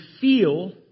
feel